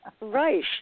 Right